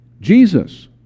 Jesus